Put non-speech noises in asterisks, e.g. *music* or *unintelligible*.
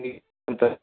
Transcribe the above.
*unintelligible*